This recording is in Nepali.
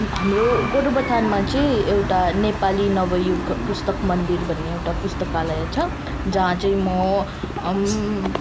हाम्रो गोरुबथानमा चाहिँ एउटा नेपाली नवयुग पुस्तक मन्दिर भन्ने एउटा पुस्तकालय छ जहाँ चाहिँ म